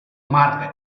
market